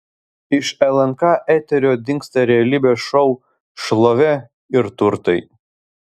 iš lnk eterio dingsta realybės šou šlovė ir turtai